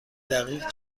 دقیق